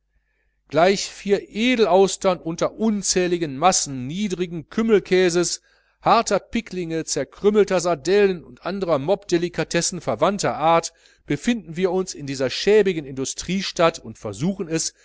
gleich vier edelaustern unter unzähligen massen niedrigen kümmelkäses harter picklinge zerkrümmter sardellen und andrer mobdelikatessen verwandter art befinden wir uns in dieser schäbigen industriestadt und versuchen es